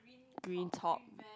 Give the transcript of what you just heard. green top